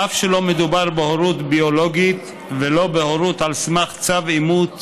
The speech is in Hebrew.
אף שלא מדובר בהורות ביולוגית ולא בהורות על סמך צו אימוץ